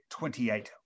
28